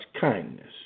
kindness